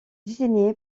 désigné